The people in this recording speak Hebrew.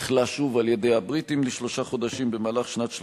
נכלא שוב על-ידי הבריטים לשלושה חודשים במהלך שנת 1938,